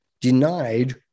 denied